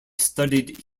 studied